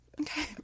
Okay